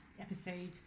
episode